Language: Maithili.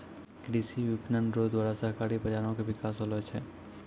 कृषि विपणन रो द्वारा सहकारी बाजारो के बिकास होलो छै